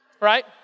right